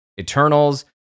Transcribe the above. Eternals